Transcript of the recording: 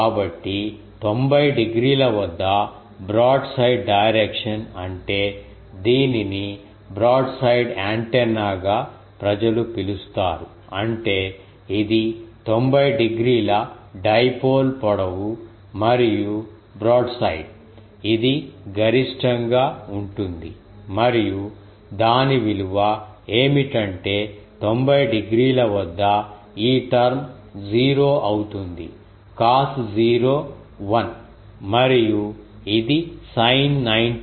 కాబట్టి 90 డిగ్రీల వద్ద బ్రాడ్ సైడ్ డైరెక్షన్ అంటే దీనిని బ్రాడ్ సైడ్ యాంటెన్నాగా ప్రజలు పిలుస్తారు అంటే ఇది 90 డిగ్రీల డైపోల్ పొడవు మరియు బ్రాడ్ సైడ్ ఇది గరిష్టంగా ఉంటుంది మరియు దాని విలువ ఏమిటంటే 90 డిగ్రీల వద్ద ఈ టర్మ్ 0 అవుతుంది cos 0 1 మరియు ఇది sin 90 విలువ 1 అవుతుంది